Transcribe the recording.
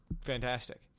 fantastic